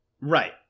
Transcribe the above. Right